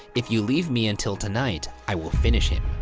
if you leave me until tonight, i will finish him.